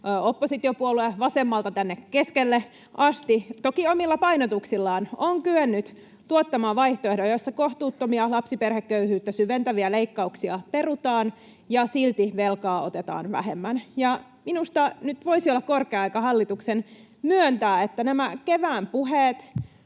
oppositiopuolue vasemmalta tänne keskelle asti — toki omilla painotuksillaan — on kyennyt tuottamaan vaihtoehdon, jossa kohtuuttomia lapsiperheköyhyyttä syventäviä leikkauksia perutaan ja silti velkaa otetaan vähemmän. Minusta nyt voisi olla korkea aika hallituksen myöntää, että nämä kevään puheet